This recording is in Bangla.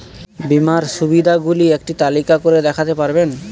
বীমার সুবিধে গুলি একটি তালিকা করে দেখাতে পারবেন?